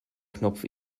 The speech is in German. knopf